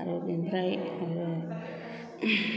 आरो बेनिफ्राय आरो